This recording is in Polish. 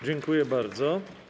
Dziękuję bardzo.